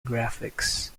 graphics